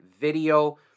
Video